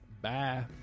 Bye